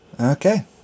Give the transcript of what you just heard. Okay